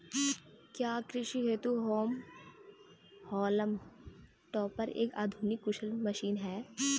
क्या कृषि हेतु हॉल्म टॉपर एक आधुनिक कुशल मशीन है?